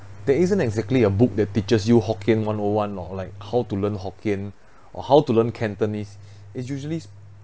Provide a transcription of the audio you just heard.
there isn't exactly a book that teaches you hokkien one O one or like how to learn hokkien or how to learn cantonese is usually